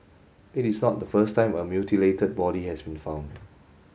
it is not the first time a mutilated body has been found